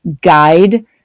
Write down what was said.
guide